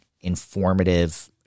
informative